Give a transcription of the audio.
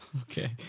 Okay